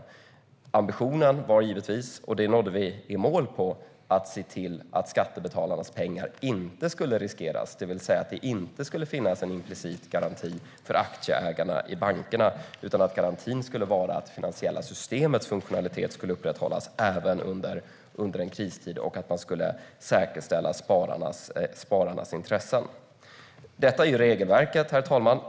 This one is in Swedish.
Ambitionen var givetvis - där nådde vi i mål - att se till att skattebetalarnas pengar inte skulle riskeras, det vill säga att det inte skulle finnas en implicit garanti för aktieägarna i bankerna, utan att garantin skulle vara att det finansiella systemets funktionalitet skulle upprätthållas även under en kristid och att man skulle säkerställa spararnas intressen. Herr talman! Detta är regelverket.